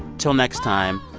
until next time,